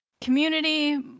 community